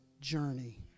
journey